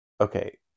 okay